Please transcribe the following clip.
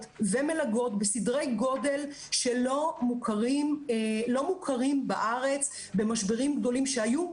ומלגות בסדרי גודל שלא מוכרים בארץ במשברים גדולים שהיו.